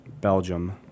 Belgium